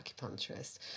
acupuncturist